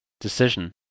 decision